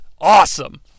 awesome